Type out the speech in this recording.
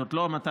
זאת לא המטרה,